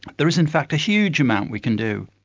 there is in fact a huge amount we can do.